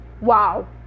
wow